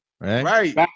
right